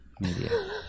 media